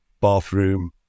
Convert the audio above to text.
bathroom